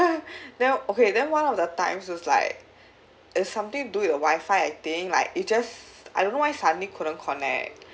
then okay then one of the times was like it's something to do the wifi I think like it just I don't know why suddenly couldn't connect